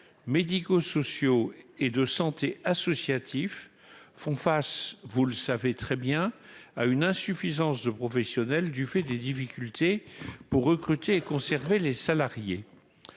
médico-sociaux et de santé associatifs font face, vous le savez très bien à une insuffisance de professionnels du fait des difficultés pour recruter et conserver les salariés